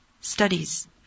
studies